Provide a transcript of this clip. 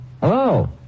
Hello